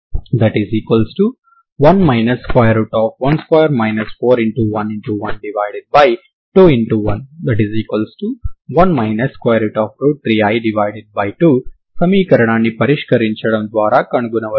11 3i2 సమీకరణాన్ని పరిష్కరించడం ద్వారా కనుగొనవచ్చు